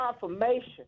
confirmation